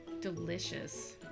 Delicious